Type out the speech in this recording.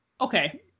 Okay